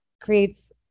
creates